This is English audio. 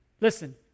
Listen